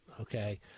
okay